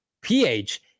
PH